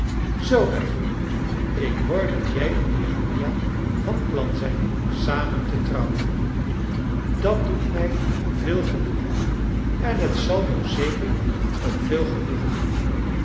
zoo affery ik hoor dat jij en jeremia van plan zijn samen te trouwen dat doet mij veel genoegen en t zal jou zeker ook veel genoegen doen